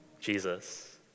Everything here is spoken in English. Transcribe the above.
Jesus